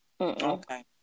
okay